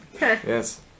Yes